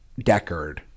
Deckard